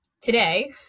Today